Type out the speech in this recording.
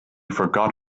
forgot